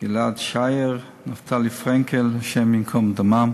גיל-עד שער ונפתלי פרנקל, השם ייקום דמם.